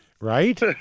right